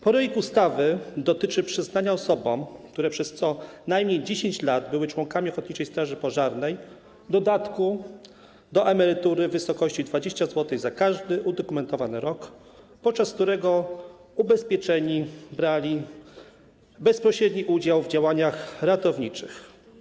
Projekt ustawy dotyczy przyznania osobom, które przez co najmniej 10 lat były członkami ochotniczej straży pożarnej, dodatku do emerytury w wysokości 20 zł za każdy udokumentowany rok, podczas którego ubezpieczeni brali bezpośredni udział w działaniach ratowniczych.